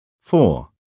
Four